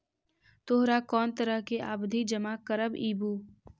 तोहरा कौन तरह के आवधि जमा करवइबू